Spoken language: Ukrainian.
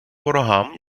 ворогам